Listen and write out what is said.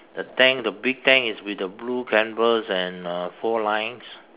the tank the big tank is with the blue canvas and uh four lines